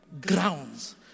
grounds